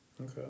Okay